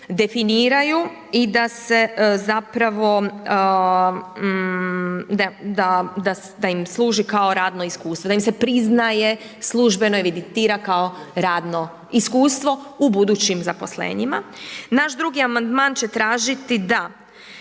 definiraju i da se zapravo da im služi kao radno iskustvo, da im se priznaje službeno evidentira kao radno iskustvo u budućim zaposlenjima. Naš drugi amandman će tražiti da